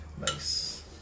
Nice